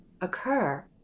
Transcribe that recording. occur